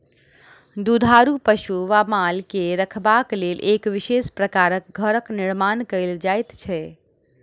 दुधारू पशु वा माल के रखबाक लेल एक विशेष प्रकारक घरक निर्माण कयल जाइत छै